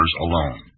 alone